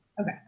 Okay